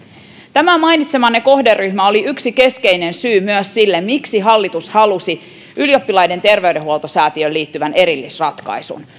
tämä mainitsemanne kohderyhmä oli yksi keskeinen syy myös siihen miksi hallitus halusi ylioppilaiden terveydenhoitosäätiöön liittyvän erillisratkaisun